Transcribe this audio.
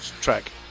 track